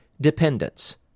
dependence